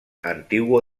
antiguo